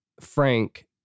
Frank